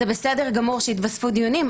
זה בסדר גמור שיתווספו דיונים,